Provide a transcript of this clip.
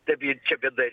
te bė čia bėda ir